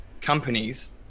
companies